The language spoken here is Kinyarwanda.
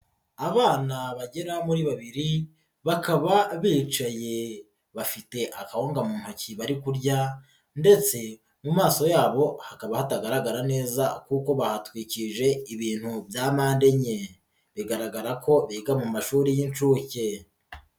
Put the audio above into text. Abana bagera muri babiri bakaba bicaye bafite akawunga mu ntoki bari kurya ndetse mu maso yabo hakaba hatagaragara neza kuko bahatwikirije ibintu bya mpande enye, bigaragara ko biga mu mashuri y'inshuke.